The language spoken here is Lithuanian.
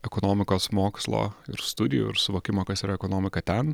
ekonomikos mokslo ir studijų ir suvokimo kas yra ekonomika ten